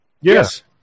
Yes